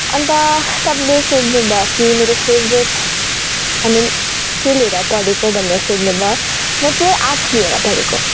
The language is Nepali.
अन्त तपाईँले सोध्नु भयो कि मेरो फेवरेट आई मिन के लिएर पढेको भनेर सोध्नु भयो म चाहिँ आर्ट्स लिएर पढेको